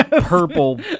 purple